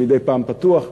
שמדי פעם פתוח,